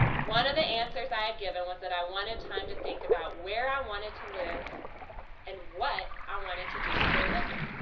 one of the answers i had given was that i wanted time to think about where i wanted to live and what i wanted to do for a living.